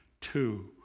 two